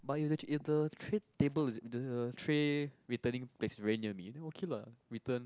but if actually if the tray table is the tray returning place is very near me then okay lah return